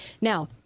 Now